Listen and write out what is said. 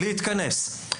להתכנס,